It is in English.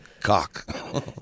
cock